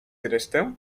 resztę